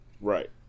Right